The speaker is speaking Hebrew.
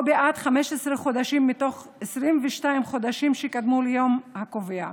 או בעד 15 חודשים מתוך 22 חודשים שקדמו ליום הקובע.